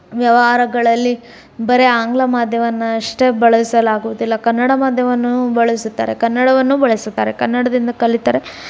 ವ್ಯವಹಾರಗಳಲ್ಲಿ ಬರೀ ಆಂಗ್ಲ ಮಾಧ್ಯಮವನ್ನಷ್ಟೇ ಬಳಸಲಾಗುವುದಿಲ್ಲ ಕನ್ನಡ ಮಾಧ್ಯಮವನ್ನೂ ಬಳಸುತ್ತಾರೆ ಕನ್ನಡವನ್ನು ಬಳಸುತ್ತಾರೆ ಕನ್ನಡದಿಂದ ಕಲಿತರೆ